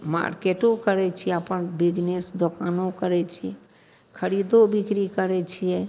मार्केटो करै छिए अपन बिजनेस दोकानो करै छिए खरीदो बिकरी करै छिए